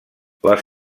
les